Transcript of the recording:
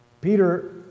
Peter